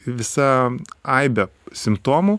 visa aibe simptomų